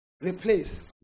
Replace